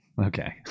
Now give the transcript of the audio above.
Okay